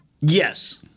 Yes